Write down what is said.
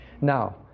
Now